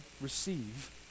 receive